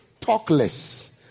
Talkless